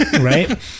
right